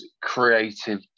creative